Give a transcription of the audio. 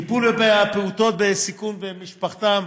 טיפול בפעוטות בסיכון ובמשפחתם,